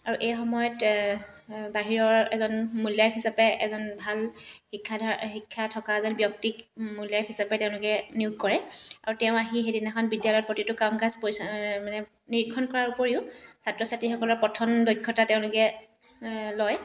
আৰু এই সময়ত বাহিৰৰ এজন মূল্যায়ক হিচাপে এজন ভাল শিক্ষা ধা শিক্ষা থকা এজন ব্যক্তিক মূল্যায়ক হিচাপে তেওঁলোকে নিয়োগ কৰে আৰু তেওঁ আহি সেইদিনাখন বিদ্যালয়ত প্ৰতিটো কাম কাজ পৰিচাল মানে নিৰীক্ষণ কৰাৰ উপৰিও ছাত্ৰ ছাত্ৰীসকলে প্ৰথম দক্ষতা তেওঁলোকে লয়